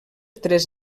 tres